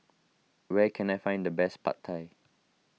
where can I find the best Pad Thai